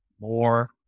more